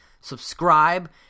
subscribe